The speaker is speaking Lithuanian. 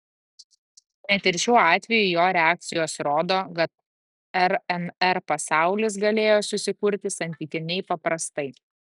net ir šiuo atveju jo reakcijos rodo kad rnr pasaulis galėjo susikurti santykiniai paprastai